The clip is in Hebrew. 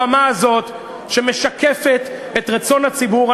הבמה הזאת שמשקפת את רצון הציבור,